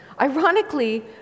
Ironically